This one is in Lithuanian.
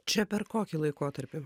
čia per kokį laikotarpį